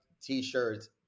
T-shirts